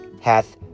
hath